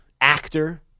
actor